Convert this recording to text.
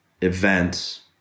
events